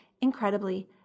incredibly